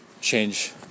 change